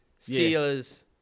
Steelers